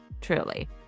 truly